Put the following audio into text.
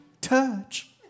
Touch